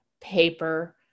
paper